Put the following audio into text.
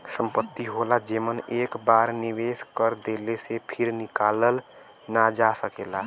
संपत्ति होला जेमन एक बार निवेस कर देले से फिर निकालल ना जा सकेला